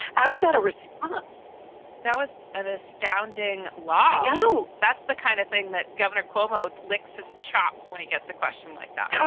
i was at a response that was an astounding lie. no, that's the kind of thing that governor cuomo licks his chops when he gets a question like that,